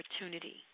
opportunity